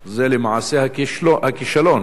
עליהן, זה למעשה הכישלון